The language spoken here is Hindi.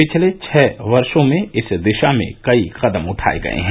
पिछले छह वर्षो में इस दिशा में कई कदम उठाये गये हैं